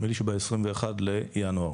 נדמה לי שב-21 בינואר.